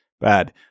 bad